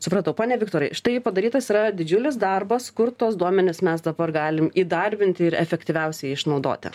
supratau pone viktorai štai padarytas yra didžiulis darbas kur tuos duomenis mes dabar galim įdarbinti ir efektyviausiai išnaudoti